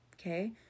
Okay